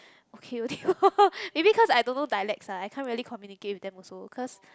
okay only lor maybe cause I don't know dialects ah I can't really communicate with them also cause